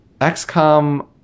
XCOM